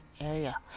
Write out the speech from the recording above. area